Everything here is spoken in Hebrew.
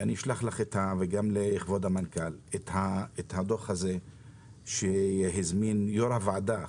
אני אשלח לכם את הדו"ח הזה שהזמין יו"ר הוועדה.